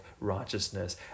righteousness